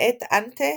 מאת אנטה